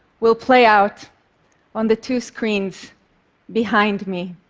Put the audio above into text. will play out on the two screens behind me.